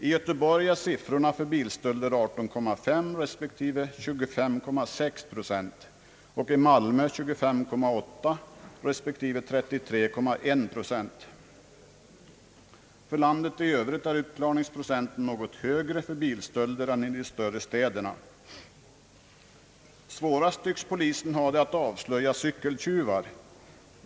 I Göteborg är motsvarande siffror för bilstölder 18,5 respektive 25,6 procent och i Malmö 25,8 respektive 33,1 procent. För landet i övrigt är uppkla ringsprocenten något högre för bilstölder än i de större städerna. Svårast tycks polisen ha att avslöja cykeltjuvar.